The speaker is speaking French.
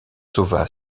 sauva